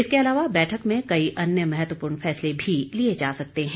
इसके अलावा बैठक में कई अन्य महत्वपूर्ण फैसले भी लिए जा सकते हैं